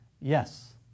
Yes